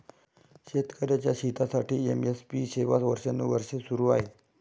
शेतकऱ्यांच्या हितासाठी एम.एस.पी सेवा वर्षानुवर्षे सुरू आहे